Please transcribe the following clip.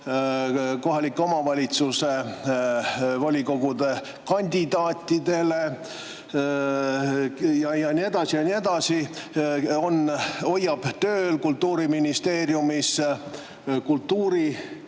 kohaliku omavalitsuse volikogude kandidaatidele ja nii edasi, hoiavad tööl Kultuuriministeeriumis kultuurilise